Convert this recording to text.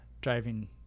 driving